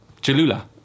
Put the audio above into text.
Jalula